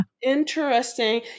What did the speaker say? Interesting